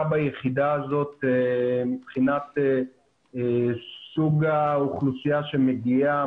ביחידה הזאת מבחינת סוג האוכלוסייה שמגיעה,